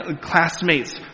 classmates